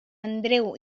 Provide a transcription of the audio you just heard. andreu